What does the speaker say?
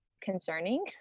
concerning